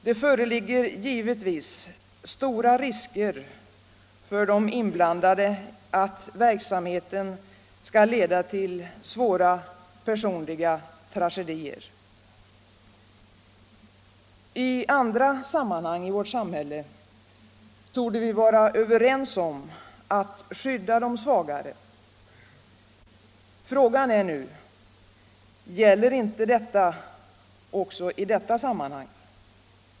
Det föreligger givetvis stora risker för de inblandade att verksamheten skall leda till svåra personliga tragedier. I andra sammanhang i vårt samhälle torde vi vara överens om att skydda de svagare. Frågan är nu: Gäller inte det också i detta sammanhang?